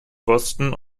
boston